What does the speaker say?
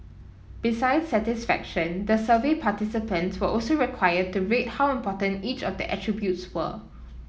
besides satisfaction the survey participants were also required to rate how important each of the attributes were